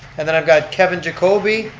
and then i've got kevin jacobi.